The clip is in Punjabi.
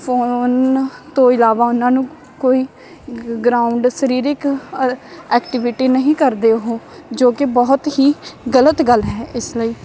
ਫੋਨ ਤੋਂ ਇਲਾਵਾ ਉਨ੍ਹਾਂ ਨੂੰ ਕੋਈ ਵੀ ਗਰਾਊਂਡ ਸਰੀਰਿਕ ਅਹ ਐਕਟੀਵਿਟੀ ਨਹੀਂ ਕਰਦੇ ਉਹ ਜੋ ਕਿ ਬਹੁਤ ਹੀ ਗਲਤ ਗੱਲ ਹੈ ਇਸ ਲਈ